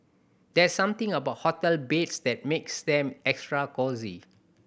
there's something about hotel beds that makes them extra cosy